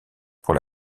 pour